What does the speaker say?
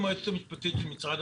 המתכונת אפשר לפרט.